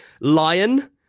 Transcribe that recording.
lion